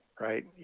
right